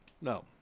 No